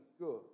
good